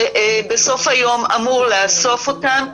שבסוף היום אמור לאסוף אותם,